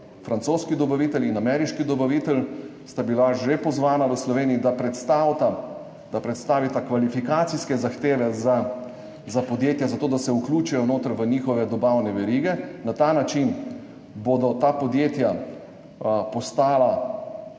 francoski dobavitelj in ameriški dobavitelj, že pozvana v Sloveniji, da predstavita kvalifikacijske zahteve za podjetja, zato da se vključijo v njihove dobavne verige. Na ta način ta podjetja,